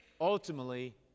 Ultimately